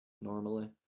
normally